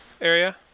area